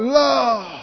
love